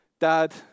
Dad